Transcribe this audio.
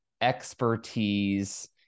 expertise